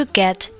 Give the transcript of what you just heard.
get